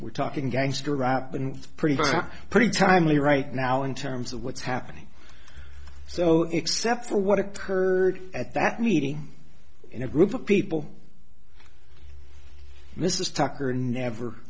we're talking gangster rap and pretty much pretty timely right now in terms of what's happening so except for what occurred at that meeting in a group of people mrs tucker never